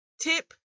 Tip